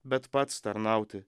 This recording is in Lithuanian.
bet pats tarnauti